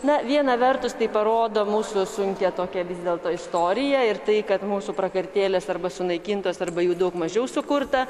na viena vertus tai parodo mūsų sunkią tokią vis dėlto istoriją ir tai kad mūsų prakartėlės arba sunaikintos arba jų daug mažiau sukurta